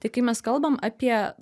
tai kai mes kalbam apie